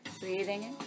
breathing